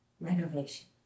renovation